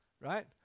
right